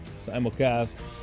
simulcast